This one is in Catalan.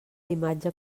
imatge